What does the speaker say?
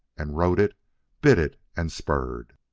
and rode it bitted and spurred.